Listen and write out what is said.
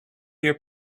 your